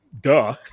duh